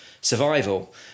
survival